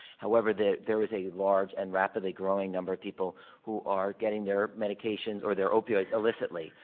however, there there is a large and rapidly growing number of people who are getting their medications or their opioids illicitly.